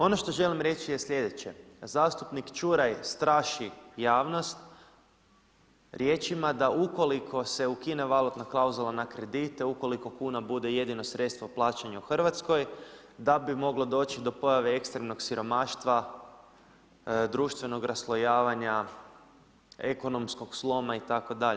Ono što želim reći je sljedeće, zastupnik Čuraj straši javnost riječima da ukoliko se ukine valutna klauzula na kredite, ukoliko kuna bude jedino sredstvo plaćanje u Hrvatskoj da bi moglo doći do pojave ekstremnog siromaštva, društvenog raslojavanja, ekonomskog sloma itd.